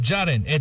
Jaren